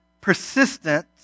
persistent